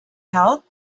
health